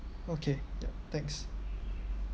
okay ya thanks